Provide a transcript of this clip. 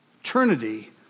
eternity